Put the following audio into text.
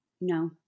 No